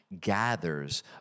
gathers